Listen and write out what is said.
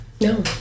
no